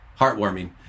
heartwarming